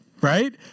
Right